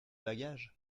bagages